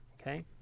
okay